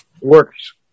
works